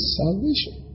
salvation